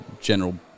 general